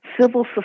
civil